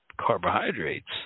carbohydrates